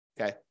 Okay